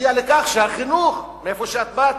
נגיע לכך שהחינוך, שמשם את באת,